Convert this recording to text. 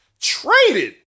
traded